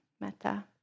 Metta